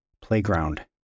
playground